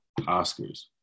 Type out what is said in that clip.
oscars